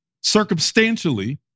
circumstantially